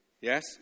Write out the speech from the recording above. Yes